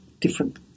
different